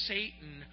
Satan